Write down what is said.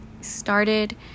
started